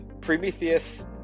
Prometheus